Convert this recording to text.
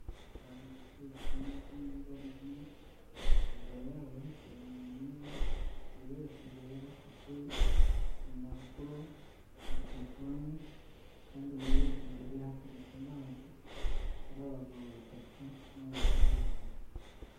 Abantu bicaye kumeza imwe barebana, imbere yabo hicaye umuntu umwe, buri wese mbere ye afite impapuro, na terefoni, kandi buri wese mbere ye hateretse amazi, ari abagabo batatu n'abagore babiri.